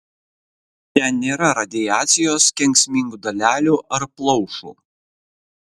ten nėra radiacijos kenksmingų dalelių ar plaušų